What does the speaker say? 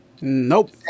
Nope